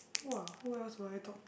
!wah! who else would I talk